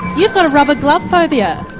you've got a rubber glove phobia,